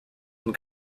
and